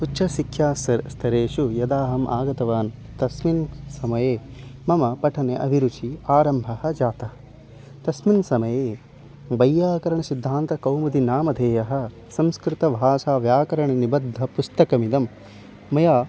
उच्चशिक्षा स्तरेषु यदा अहम् आगतवान् तस्मिन् समये मम पठने अभिरुचेः आरम्भः जातः तस्मिन् समये वैय्याकरणसिद्धान्तकौमुदी नामधेयः संस्कृतभाषाव्याकरणनिबद्धपुस्तकमिदं मया